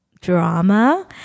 drama